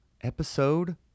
Episode